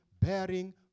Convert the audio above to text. bearing